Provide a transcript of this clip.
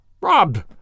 Robbed